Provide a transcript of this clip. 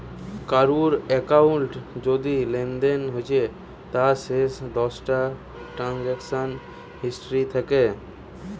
কারুর একাউন্টে যদি লেনদেন হচ্ছে তার শেষ দশটা ট্রানসাকশান হিস্ট্রি থাকে